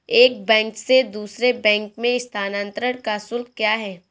एक बैंक से दूसरे बैंक में स्थानांतरण का शुल्क क्या है?